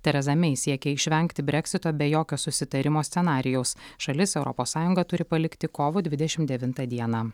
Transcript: tereza mei siekia išvengti breksito be jokio susitarimo scenarijaus šalis europos sąjungą turi palikti kovo dvidešimt devintą dieną